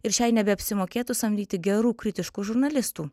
ir šiai nebeapsimokėtų samdyti gerų kritiškų žurnalistų